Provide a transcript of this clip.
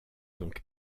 donc